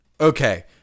Okay